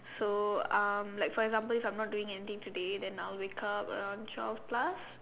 so um like for example if I'm not doing anything today then I'll wake up around twelve plus